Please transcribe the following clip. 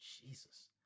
Jesus